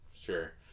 Sure